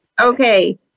Okay